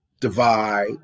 divide